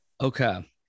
okay